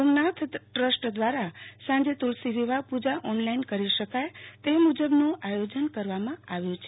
Somnath trust દ્વારા સાંજે તુલસી વિવાહ પુજા ઓનલાઈન કરી શકાય તે મુબજ આયોજન કરવામાં આવ્યું છે